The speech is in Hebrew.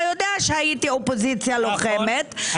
יודע שהייתי אופוזיציה לוחמת- -- נכון,